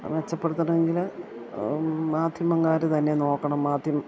മെച്ചപ്പെടുത്തണമെങ്കിൽ മാധ്യമക്കാർ തന്നെ നോക്കണം മാധ്യമം